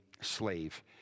slave